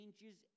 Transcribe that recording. changes